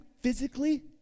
physically